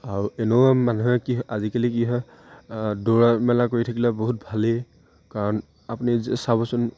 আৰু এনেও মানুহে কি হয় আজিকালি কি হয় দৌৰা মেলা কৰি থাকিলে বহুত ভালেই কাৰণ আপুনি যে চাবচোন